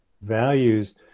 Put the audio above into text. values